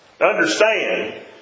understand